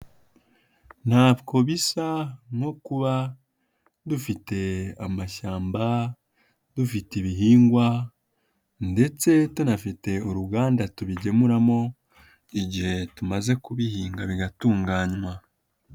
Ntako bisa nko kuba dufite amashyamba, dufite ibihingwa ndetse tunafite uruganda tubigemuramo igihe tumaze kubihinga bigatunganywa.